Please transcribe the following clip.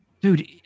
dude